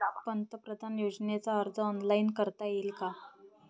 पंतप्रधान योजनेचा अर्ज ऑनलाईन करता येईन का?